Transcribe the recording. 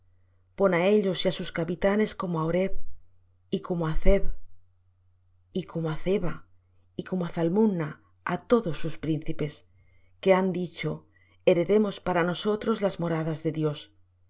pon á ellos y á sus capitanes como á oreb y como á zeeb y como á zeba y como á zalmunna á todos sus príncipes que han dicho heredemos para nosotros las moradas de dios dios